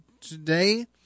today